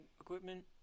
equipment